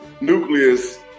nucleus